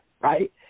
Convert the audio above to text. right